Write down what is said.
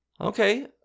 Okay